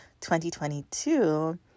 2022